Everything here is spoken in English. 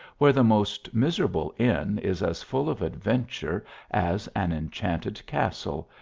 where the most miserable inn is as full of adventure as an enchanted castle,